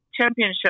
Championship